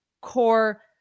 Core